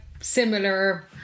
similar